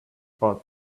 but